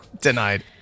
denied